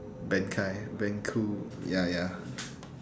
benkai benku ya ya